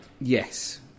Yes